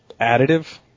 additive